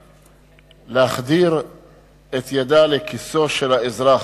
להחדיר את ידה לכיסו של האזרח.